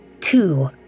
two